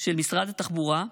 של משרד התחבורה,